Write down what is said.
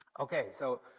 okay, so,